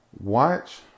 Watch